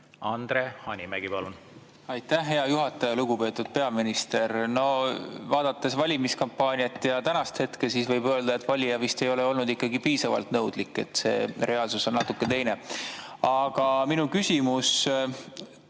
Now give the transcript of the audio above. Andre Hanimägi, palun! Aitäh, hea juhataja! Lugupeetud peaminister! No vaadates valimiskampaaniat ja tänast hetke, siis võib öelda, et valija vist ei ole olnud ikkagi piisavalt nõudlik. See reaalsus on natuke teine. Aga minu küsimus.